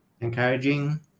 encouraging